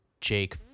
Jake